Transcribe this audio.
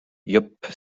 yupp